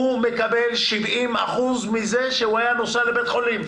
הוא מקבל 70% מהסכום שהוא היה מקבל אילו היה נוסע לבית חולים,